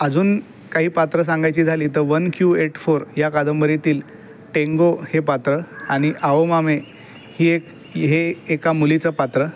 अजून काही पात्रं सांगायची झाली तर वन क्यू एट फोर या कादंबरीतील टेंगो हे पात्र आणि आओमामे ही एक हे एका मुलीचं पात्र